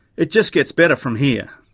it just gets better from here.